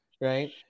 Right